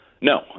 No